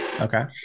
okay